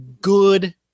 good